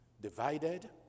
divided